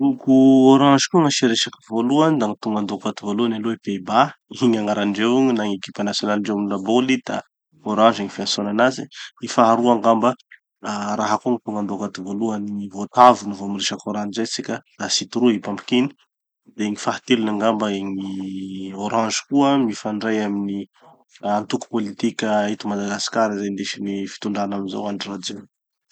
Loko orange koa gn'asia resaky voalohany da gny tonga andohako ato voalohany aloha i Pays-Bas. Igny agnarandreo igny, na ekipa nasionalindreo amy laboly da Orange gny fiantsoana anazy. Gny faharoa angamba, ah raha koa gny tonga andohako ato voalohany, gny voatavo no vo miresaky orange zay sika, citrouille pumpkin. De gny fahatelony angamba, gny orange koa mifandray amy gny antoko politika eto Madagasikara izay indesin'ny fitondrana amizao, Andry Rajoelina.